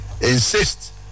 insist